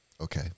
Okay